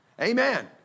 Amen